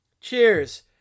cheers